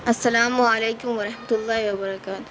السّلام علیکم ورحمتہ اللّہ وبرکاتہ